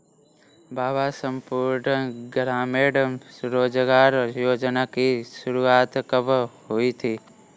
बाबा संपूर्ण ग्रामीण रोजगार योजना की शुरुआत कब हुई थी?